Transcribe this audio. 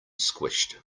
squished